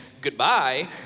goodbye